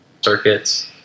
circuits